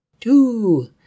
Two